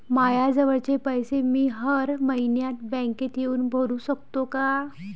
मायाजवळचे पैसे मी हर मइन्यात बँकेत येऊन भरू सकतो का?